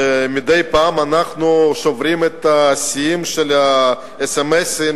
ומדי פעם אנחנו שוברים את השיאים של אס.אם.אסים,